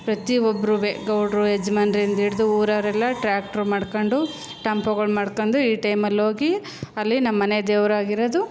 ಪ್ರತಿ ಒಬ್ಬರೂ ಗೌಡರು ಯಜಮಾನ್ರಿಂದ ಹಿಡ್ದು ಊರವರೆಲ್ಲ ಟ್ರ್ಯಾಕ್ಟ್ರು ಮಾಡ್ಕೊಂಡು ಟೆಂಪೊಗಳು ಮಾಡ್ಕೊಂಡು ಈ ಟೇಮಲ್ಲಿ ಹೋಗಿ ಅಲ್ಲಿ ನಮ್ಮ ಮನೆ ದೇವರಾಗಿರೋದು